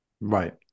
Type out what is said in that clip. Right